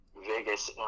Vegas